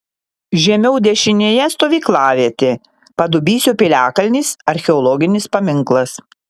žemiau dešinėje stovyklavietė padubysio piliakalnis archeologinis paminklas